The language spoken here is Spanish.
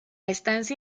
estancia